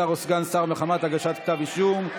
שר או סגן שר מחמת הגשת כתב אישום).